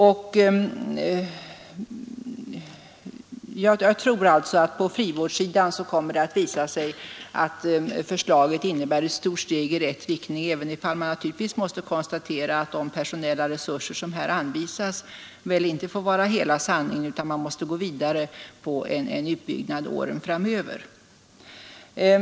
Jag tror alltså att det på frivårdssidan kommer att visa sig att förslaget innebär ett stort steg i rätt riktning, även om man naturligtvis måste konstatera att de personella resurser som här anvisas väl inte får vara hela sanningen utan att man måste gå vidare på en utbyggnad under åren framöver.